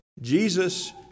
Jesus